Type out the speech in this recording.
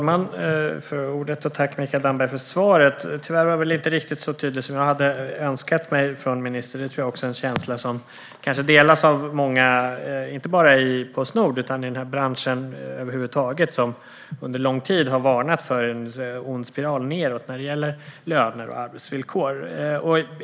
Herr talman! Tack, Mikael Damberg, för svaret! Tyvärr var det väl inte riktigt så tydligt som jag hade önskat mig, och det tror jag är en känsla som delas av många inte bara inom Postnord utan i branschen över huvud taget, som under lång tid har varnat för en ond spiral nedåt när det gäller löner och arbetsvillkor.